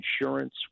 insurance